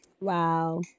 Wow